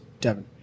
Devin